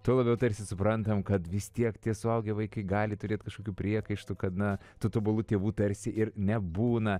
tuo labiau tarsi suprantam kad vis tiek tie suaugę vaikai gali turėt kažkokių priekaištų kad na tų tobulų tėvų tarsi ir nebūna